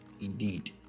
indeed